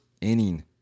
inning